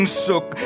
suk